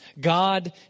God